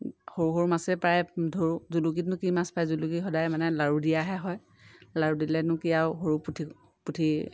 সৰু সৰু মাছে প্ৰায় ধৰোঁ জুলুকিতনো কি মাছ পায় জুলুকিত সদায় মানে লাড়ু দিয়াহে হয় লাড়ু দিলেনো কি আৰু সৰু পুঠি পুঠি